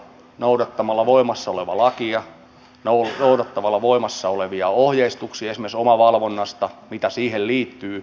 noudattamalla voimassa olevaa lakia noudattamalla voimassa olevia ohjeistuksia esimerkiksi omavalvonnasta mitä siihen liittyy